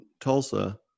Tulsa